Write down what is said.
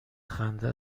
خنده